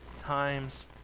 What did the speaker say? times